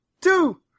two